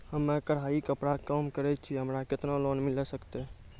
हम्मे कढ़ाई कपड़ा के काम करे छियै, हमरा केतना लोन मिले सकते?